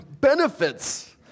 benefits